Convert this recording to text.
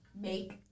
make